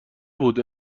بود